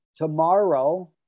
Tomorrow